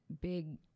big